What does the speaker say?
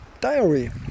diary